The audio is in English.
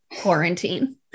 quarantine